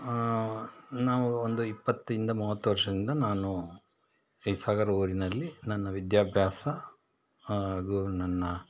ನಾವು ಒಂದು ಇಪ್ಪತ್ತಿಂದ ಮೂವತ್ತು ವರ್ಷದಿಂದ ನಾನು ಈ ಸಾಗರ ಊರಿನಲ್ಲಿ ನನ್ನ ವಿದ್ಯಾಭ್ಯಾಸ ಹಾಗೂ ನನ್ನ